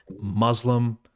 Muslim